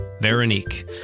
Veronique